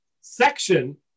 section